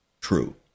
true